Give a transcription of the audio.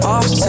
Off